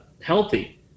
healthy